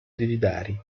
desideri